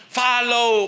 follow